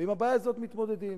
ועם הבעיה הזאת מתמודדים,